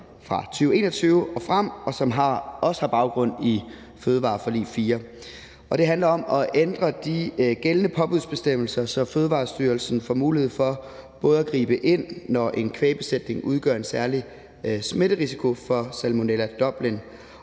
fra 2021 og frem, og som også har baggrund i fødevareforlig 4. Det handler om at ændre de gældende påbudsbestemmelser, så Fødevarestyrelsen får mulighed for både at gribe ind, når en kvægbesætning udgør en særlig smitterisiko i forhold til Salmonella Dublin,